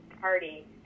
party